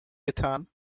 getan